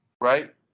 Right